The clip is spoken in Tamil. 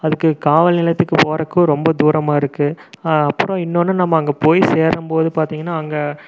அதுக்கு காவல் நிலையத்துக்கு போகிறக்கு ரொம்ப தூரமாக இருக்கு அப்புறம் இன்னொன்று நம்ம அங்க போய் சேரும்போது பார்த்திங்கன்னா அங்கே